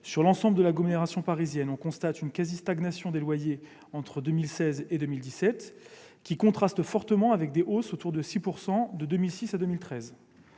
Sur l'ensemble de l'agglomération parisienne, on constate une quasi-stagnation des loyers entre 2016 et 2017, qui contraste fortement avec des hausses annuelles voisines de 6 % de 2006 à 2013.